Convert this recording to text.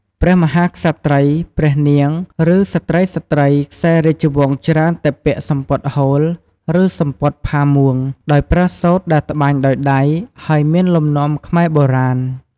ព្រះមហាក្សត្រី ព្រះនាង ឬ ស្ត្រីៗខ្សែរាជវង្សច្រើនតែពាក់សំពត់ហូល ឬ សំពត់ផាមួង ដោយប្រើសូត្រដែលត្បាញដោយដៃ ហើយមានលំនាំខ្មែរបុរាណ។